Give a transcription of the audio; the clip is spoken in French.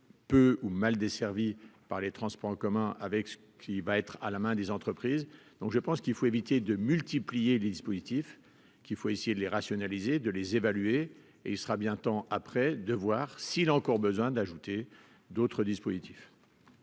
peu ou mal desservis par les transports en commun avec ce qui va être à la main, des entreprises, donc je pense qu'il faut éviter de multiplier les dispositifs qu'il faut essayer de les rationaliser de les évaluer, et il sera bien temps après de voir s'il a encore besoin d'ajouter d'autres dispositifs.